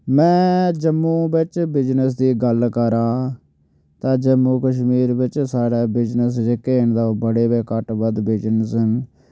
में जम्मू बिच बिजनस दी गल्ल करां तां जम्मू कश्मीर बिच साढ़ै बिजनस जेह्के बड़े गै घट्ट बद्ध बिजनस न